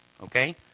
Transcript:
okay